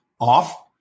off